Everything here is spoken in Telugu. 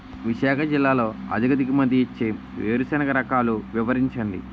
విశాఖ జిల్లాలో అధిక దిగుమతి ఇచ్చే వేరుసెనగ రకాలు వివరించండి?